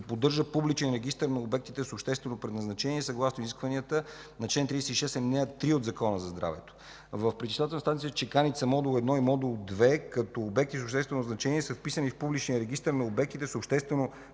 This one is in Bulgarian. поддържал публичен регистър на обектите с обществено предназначение съгласно изискванията на чл. 36, ал. 3 от Закона за здравето. Пречиствателна станция „Чеканица“, модул 1 и модул 2, като обекти с обществено значение, са вписани в публичния регистър на обектите с обществено